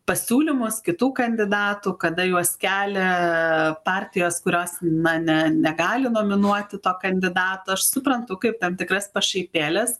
pasiūlymus kitų kandidatų kada juos kelia partijos kurios na ne negali nominuoti to kandidato aš suprantu kaip tam tikras pašaipėles